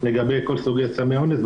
לגבי כל סוגי סמי האונס.